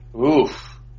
Oof